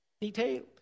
detailed